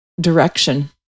direction